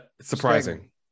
surprising